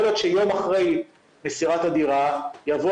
יכול להיות שיום אחרי מסירת הדירה יבוא